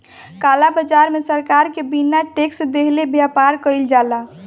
काला बाजार में सरकार के बिना टेक्स देहले व्यापार कईल जाला